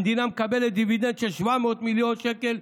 המדינה מקבלת דיבידנד של 700 מיליון שקל.